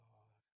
God